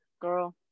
girl